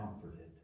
comforted